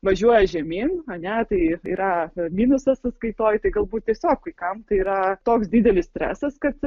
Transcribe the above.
važiuoja žemyn ar ne tai yra minusas sąskaitoj tai galbūt tiesiog kai kam tai yra toks didelis stresas kad